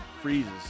freezes